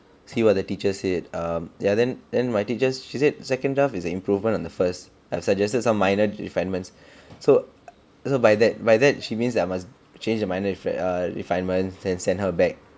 see what the teacher said um yeah then then my teachers she said second draft is an improvement on the first and suggested some minor refinements so so by that by that she means I must change the minor refine refinements then send her back